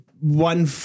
one